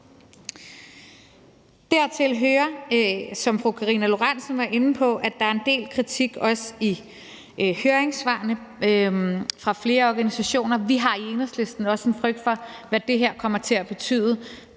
Dertil hører, som fru Karina Lorentzen Dehnhardt var inde på, at der også er en del kritik i høringssvarene fra flere organisationer. Vi har i Enhedslisten også en frygt for, hvad det her kommer til at betyde